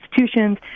institutions